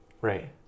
Right